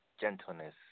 gentleness